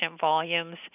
volumes